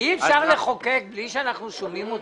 אפשר לחוקק בלי שאנחנו שומעים אותם.